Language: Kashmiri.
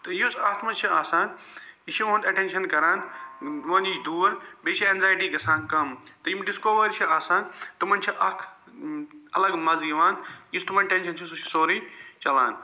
تہٕ یُس اَتھ منٛز چھِ آسان یہِ چھُ اُہنٛد ایٚٹیٚنشن کَران یِمو نِش دوٗر بیٚیہِ چھِ ایٚنٛکزایٹی گَژھان کَم تہٕ یِم ڈِسکو وٲلۍ چھِ آسان تِمن چھُ اَکھ الگ مَزٕ یِوان یُس تِمن ٹیٚنشن چھُ سُہ چھُ سورٕے ژَلان